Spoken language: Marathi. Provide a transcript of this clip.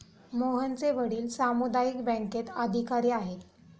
मोहनचे वडील सामुदायिक बँकेत अधिकारी आहेत